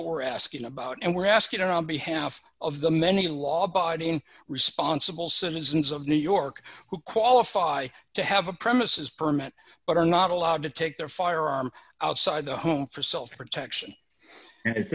what we're asking about and we're asking around behalf of the many law abiding responsible citizens of new york who qualify to have a premises permit but are not allowed to take their firearm outside the home for self protection a